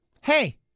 hey